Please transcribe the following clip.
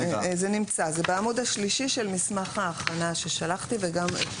צריך אח או מגיש עזרה ראשונה בכול פעילות מאורגנת גם אם